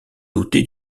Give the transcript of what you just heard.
doté